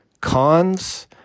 Cons